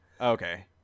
Okay